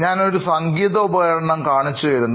ഞാൻ ഒരു സംഗീത ഉപകരണം കാണിച്ചുതരുന്നു